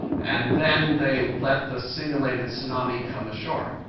and then they let the simulated tsunami come ashore.